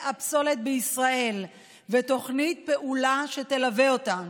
הפסולת בישראל ותוכנית פעולה שתלווה אותם.